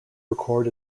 record